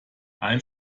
ein